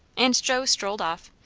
and joe strolled off,